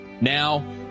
Now